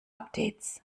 updates